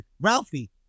Ralphie